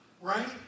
right